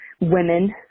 women